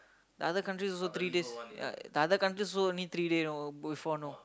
the other countries also three days ya the other countries also only three day before know